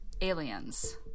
aliens